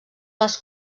les